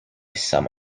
some